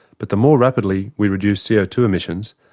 but the more rapidly we reduce c o two emissions,